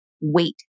wait